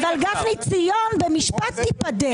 אבל, גפני, ציון במשפט תיפדה.